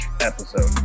episode